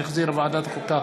שהחזירה ועדת חוקה,